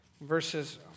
verses